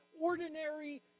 ordinary